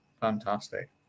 Fantastic